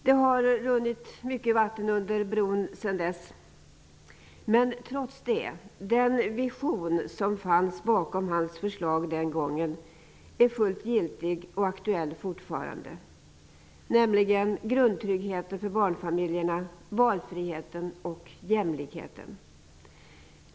Det har runnit mycket vatten under broarna sedan dess, men trots det är den vision som fanns bakom hans förslag den gången, nämligen grundtryggheten för barnfamiljerna, valfriheten och jämlikheten, fullt giltig och aktuell fortfarande.